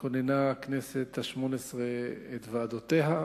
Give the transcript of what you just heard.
כוננה הכנסת השמונה-עשרה את ועדותיה,